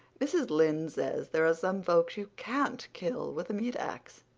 mrs. lynde says there are some folks you can't kill with a meat-axe.